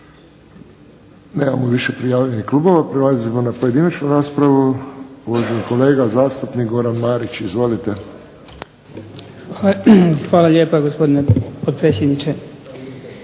Nemamo više prijavljenih klubova. Prelazimo na pojedinačnu raspravu. Uvaženi kolega zastupnik Goran Marić, izvolite. **Marić, Goran (HDZ)**